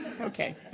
okay